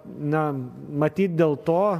na matyt dėl to